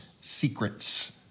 Secrets